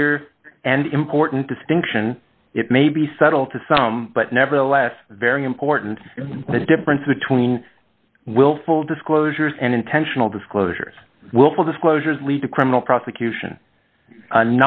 clear and important distinction it may be subtle to some but nevertheless very important the difference between willful disclosures and intentional disclosures willful disclosures lead to criminal prosecution